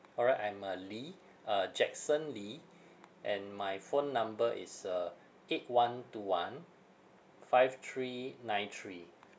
all right I'm uh lee uh jackson lee and my phone number is uh eight one two one five three nine three